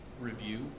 review